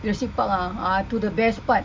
jurassic park ah ah to the best part